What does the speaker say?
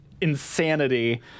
insanity